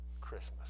Christmas